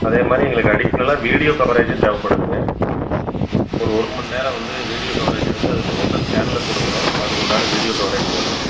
அதே மாதிரி எங்களுக்கு அடிஷ்னலாக வீடியோ கவரேஜும் தேவைப்படுத்துங்க ஒரு ஒரு மணி நேரம் வந்து வீடியோ கவரேஜ் எடுத்து அது லோக்கல் சேனல்க்கு கொடுக்குணும் அதுக்கு உண்டான வீடியோ கவரேஜ் வேணும்